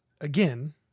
again